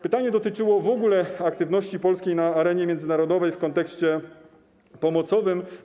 Pytanie dotyczyło w ogóle aktywności polskiej na arenie międzynarodowej w kontekście pomocowym.